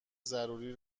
ضروری